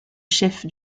chef